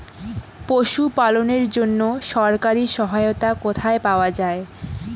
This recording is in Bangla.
পশু পালনের জন্য সরকারি সহায়তা কোথায় পাওয়া যায়?